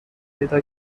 پیدا